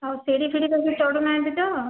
ଆଉ ଶିଢିଫିଢି ବେଶି ଚଢୁ ନାହାନ୍ତି ତ